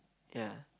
ya